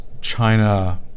China